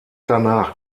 danach